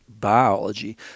biology